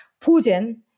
Putin